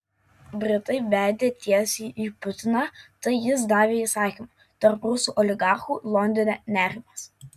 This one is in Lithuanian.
britai bedė tiesiai į putiną tai jis davė įsakymą tarp rusų oligarchų londone nerimas